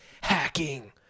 Hacking